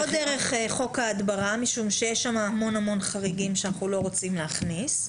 לא דרך חוק ההדברה משום שיש שם המון חריגים שאנחנו לא רוצים להכניס,